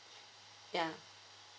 yeah